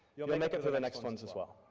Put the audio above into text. you'll make it through the next ones as well.